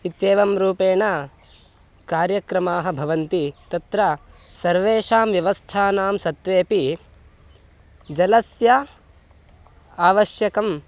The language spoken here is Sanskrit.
इत्येवं रूपेण कार्यक्रमाः भवन्ति तत्र सर्वेषां व्यवस्थानां सत्त्वेऽपि जलस्य आवश्यकं